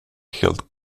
helt